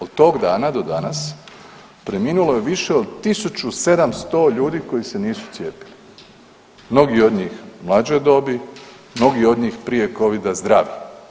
Od tog dana do danas preminulo je više od 1700 ljudi koji se nisu cijepili, mnogi od njih mlađe dobi, mnogi od njih prije covida zdravi.